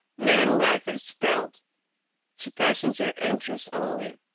neon letters spelled to passenger entrance only.